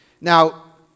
Now